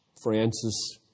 Francis